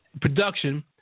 production